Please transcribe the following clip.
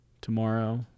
tomorrow